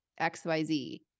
XYZ